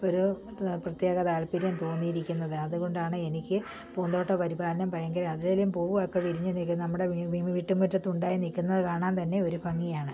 ഒരു പ്രത്യേക താല്പര്യം തോന്നിയിരിക്കുന്നത് അതുകൊണ്ടാണ് എനിക്ക് പൂന്തോട്ട പരിപാലനം ഭയങ്കര അതിലും പൂവൊക്കെ വിരിഞ്ഞ് നിൽക്കുന്ന നമ്മുടെ വീട്ടുമുറ്റത്തുണ്ടായി നിൽക്കുന്നത് കാണാൻ തന്നെ ഒരു ഭംഗിയാണ്